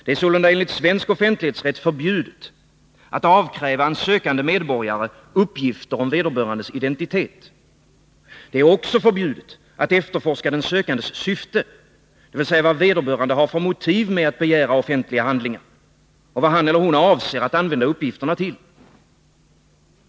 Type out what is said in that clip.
Det är sålunda enligt svensk offentlighetsrätt förbjudet att avkräva en sökande medborgare uppgifter om vederbörandes identitet. Det är också förbjudet att efterforska den sökandes syfte, dvs. vad vederbörande har för motiv till att begära offentliga handlingar och vad han avser att använda uppgifterna till.